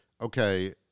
okay